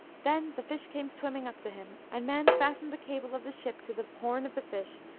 then the fish came swimming up to him, and mann fastened the cable of the ship to the horn of the fish,